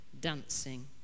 dancing